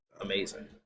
amazing